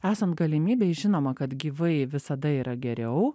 esant galimybei žinoma kad gyvai visada yra geriau